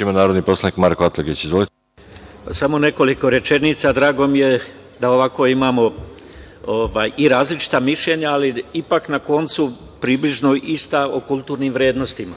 ima narodni poslanik Marko Atlagić. Izvolite. **Marko Atlagić** Samo nekoliko rečenica. Drago mi je da ovako imamo i različita mišljenja, ali ipak na koncu približno ista o kulturnim vrednostima.